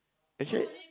actually